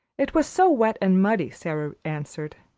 it was so wet and muddy, sara answered.